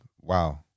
wow